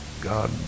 God